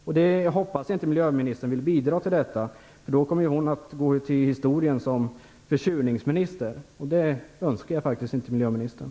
Jag hoppas att miljöministern inte vill bidra till detta. I så fall kommer hon att gå till historien som försurningsminister, och det önskar jag faktiskt inte miljöministern.